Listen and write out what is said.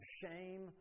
shame